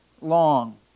long